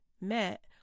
met